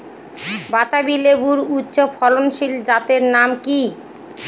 বাতাবি লেবুর উচ্চ ফলনশীল জাতের নাম কি?